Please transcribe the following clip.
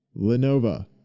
Lenovo